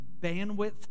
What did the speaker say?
bandwidth